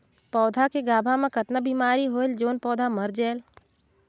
पौधा के गाभा मै कतना बिमारी होयल जोन पौधा मर जायेल?